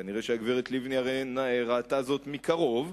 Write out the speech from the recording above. כנראה הגברת לבני ראתה זאת מקרוב,